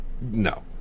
no